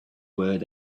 words